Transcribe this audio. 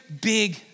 big